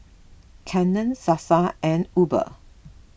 Canon Sasa and Uber